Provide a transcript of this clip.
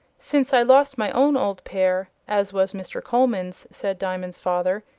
since i lost my own old pair, as was mr. coleman's, said diamond's father,